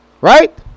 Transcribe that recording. right